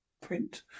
print